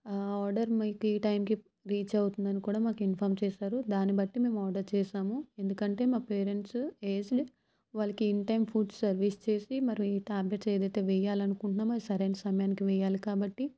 order మీకు టైంకి reach అవుతుందని కూడా మాకు ఇన్ఫాం చేసారు దాన్ని బట్టి మేము ఆర్డర్ చేసాము ఎందుకంటే మా పేరెంట్స్ ఏజ్డ్ వాళ్ళకి ఇన్ టైం ఫుడ్ సర్వీస్ చేసి మరి ఈ టాబ్లెట్ ఏదైతే వేయాలని అనుకుంటున్నామో అది సరైన సమయానికి వేయాలి కాబట్టి